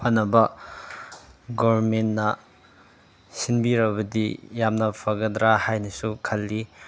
ꯐꯅꯕ ꯒꯣꯔꯃꯦꯟꯅ ꯁꯤꯟꯕꯤꯔꯕꯗꯤ ꯌꯥꯝꯅ ꯐꯒꯗ꯭ꯔ ꯍꯥꯏꯅꯁꯨ ꯈꯜꯂꯤ